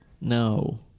No